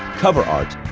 cover art,